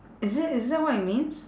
is it is that what it means